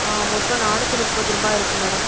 ஆ மொத்தம் நாநூற்றி முப்பது ரூபா இருக்கு மேடம்